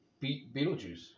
Beetlejuice